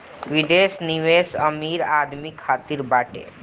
विदेश निवेश अमीर आदमी खातिर बाटे